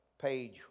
page